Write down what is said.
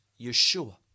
yeshua